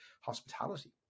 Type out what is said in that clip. hospitality